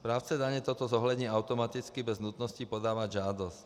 Správce daně toto zohlední automaticky bez nutnosti podávat žádost.